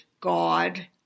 God